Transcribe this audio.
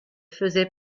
faisait